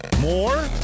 More